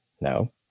no